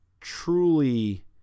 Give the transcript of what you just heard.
truly